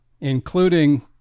including